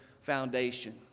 foundation